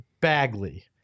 Bagley